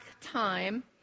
time